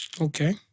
Okay